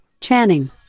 Channing